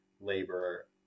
labor